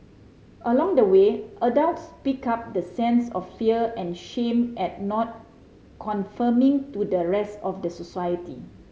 along the way adults pick up the sense of fear and shame at not conforming to the rest of the society